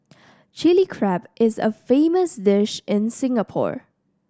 Chilli Crab is a famous dish in Singapore